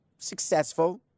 successful